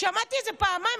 שמעתי את זה פעמיים.